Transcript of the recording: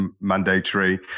mandatory